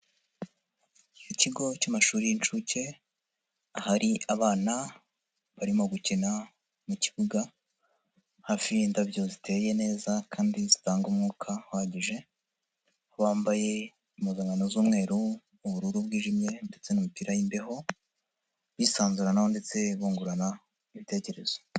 Ikigo cy'amashuri y'inshuke ahari abana barimo gukina mu kibuga hafi y'indabyo ziteye neza kandi zitanga umwuka uhagije, bambaye impuzankano z'umweru, ubururu bwijimye ndetse n'imipira y'imbeho bisanzuranaho ndetse bungurana ibitekerezo.